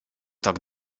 tak